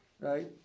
right